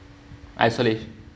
isola~